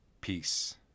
peace